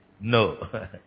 No